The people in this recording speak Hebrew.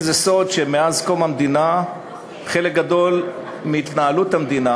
זה לא סוד שמאז קום המדינה חלק גדול מהתנהלות המדינה,